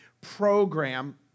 program